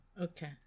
Okay